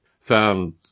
found